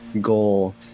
goal